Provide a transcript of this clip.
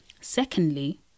secondly